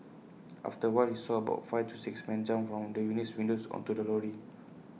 after A while he saw about five to six men jump from the unit's windows onto the lorry